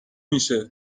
میشه